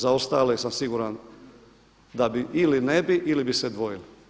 Za ostale sam siguran da bi ili ne bi ili bi se dvojili.